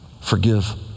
Forgive